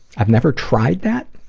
i've never tried that.